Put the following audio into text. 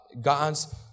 God's